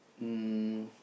um